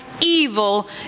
evil